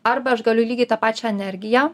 arba aš galiu lygiai tą pačią energiją